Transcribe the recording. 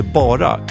bara